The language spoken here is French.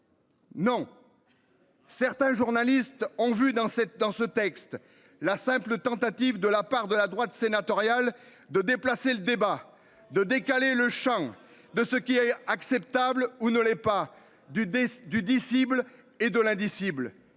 Non. Certains journalistes ont vu dans cette dans ce texte la simple tentative de la part de la droite sénatoriale de déplacer le débat de décaler le Champ de ce qui est acceptable ou ne l'est pas du du dicible et de l'indicible.